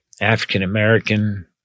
African-American